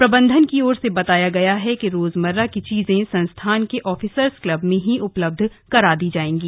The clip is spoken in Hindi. प्रबंधन की ओर से बताया गया है कि रोजमर्रा की चीजें संस्थान के ऑफिसर्स क्लब में ही उपलब्ध करा दी जाएंगी